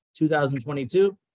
2022